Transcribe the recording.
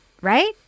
right